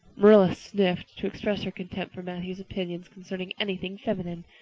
marilla sniffed, to express her contempt for matthew's opinions concerning anything feminine,